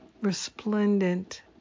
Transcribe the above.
resplendent